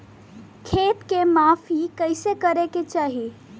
खेत के माफ़ी कईसे करें के चाही?